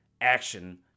action